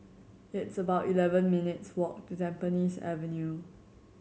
it's about eleven minutes' walk to Tampines Avenue